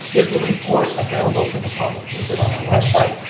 is the report available to the public? is it on our website?